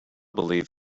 believe